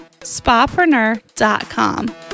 Spapreneur.com